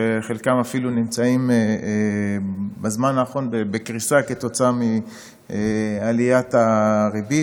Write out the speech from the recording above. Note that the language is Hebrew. שחלקם אפילו בזמן האחרון בקריסה כתוצאה מעליית הריבית.